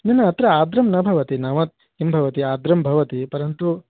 न न अत्र आद्रं न भवति नाम किं भवति आद्रं भवति परन्तु